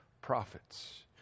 prophets